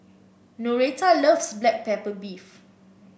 Noreta loves Black Pepper Beef